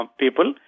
people